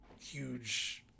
huge